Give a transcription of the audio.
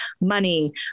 money